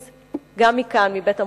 גם מכאן, מבית-המחוקקים.